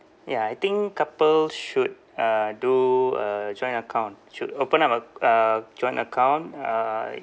ya I think couple should uh do a joint account should open up a uh joint account uh